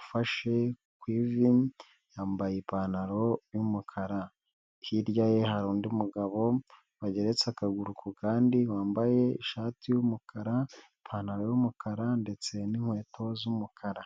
ufashe ku ivi, yambaye ipantaro y'umukara. Hirya ye hari undi mugabo wageretse akaguru ku kandi, wambaye ishati y'umukara, ipantaro y'umukara ndetse n'inkweto z'umukara.